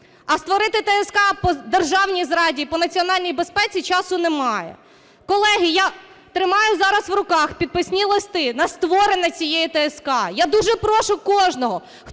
а створити ТСК по державній зраді і по національній безпеці часу немає. Колеги, я тримаю зараз в руках підписні листи на створення цієї ТСК. Я дуже прошу кожного,